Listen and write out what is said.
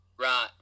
Right